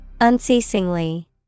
Unceasingly